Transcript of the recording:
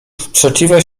sprzeciwia